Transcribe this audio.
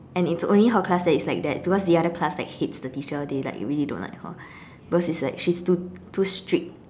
and it's only her class that it's like that because the other class like hates the teacher they like really don't like her because it's like she's too too strict